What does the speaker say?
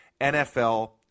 NFL